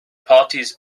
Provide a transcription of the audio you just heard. parties